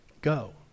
Go